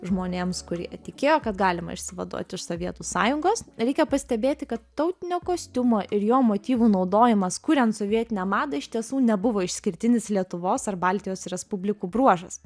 žmonėms kurie tikėjo kad galima išsivaduoti iš sovietų sąjungos reikia pastebėti kad tautinio kostiumo ir jo motyvų naudojimas kuriant sovietinę madą iš tiesų nebuvo išskirtinis lietuvos ar baltijos respublikų bruožas